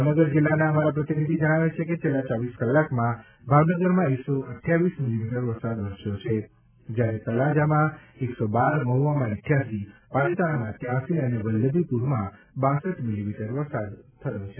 ભાવનગર જિલ્લાના પ્રતિનિધિ જજ્ઞાવે છે કે છેલ્લા ચોવીસ કલાકમાં ભાવનગરમાં એકસો અઠવાવીસ મીલીમીટર વરસાદ વરસ્યો છે જ્યારે તળાજામાં એકસો બાર મહુવામાં ઇઠચાસી પાલીતાણામાં ત્યાંસી અને વલ્લભીપુરમાં બાંસઠ મીલીમીટર વરસાદ થયો હતો